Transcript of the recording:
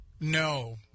No